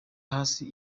hasi